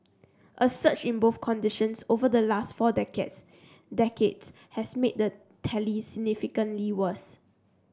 a surge in both conditions over the last four decades decades has made the tally significantly worse